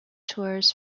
tours